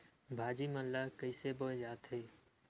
भाजी मन ला कइसे बोए जाथे?